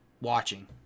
watching